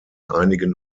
einigen